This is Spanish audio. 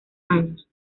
años